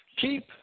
keep